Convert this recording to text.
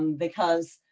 and because,